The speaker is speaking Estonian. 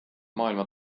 maailma